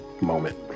moment